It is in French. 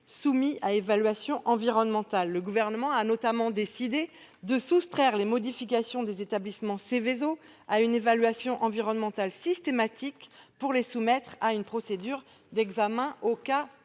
soumis à évaluation environnementale. Le Gouvernement a notamment décidé de soustraire les modifications des établissements Seveso à une évaluation environnementale systématique pour les soumettre à une procédure d'examen au cas